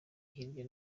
hirya